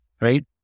right